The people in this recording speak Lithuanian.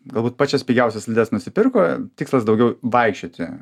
galbūt pačias pigiausias slides nusipirko tikslas daugiau vaikščioti